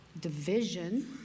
Division